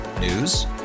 News